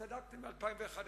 צדקתם: ב-2011.